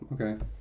okay